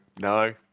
no